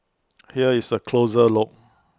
here is A closer look